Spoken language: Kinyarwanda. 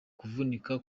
kuvunika